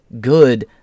good